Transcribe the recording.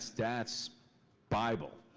that's bible,